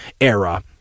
era